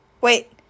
wait